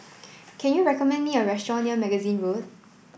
can you recommend me a restaurant near Magazine Road